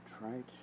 right